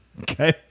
Okay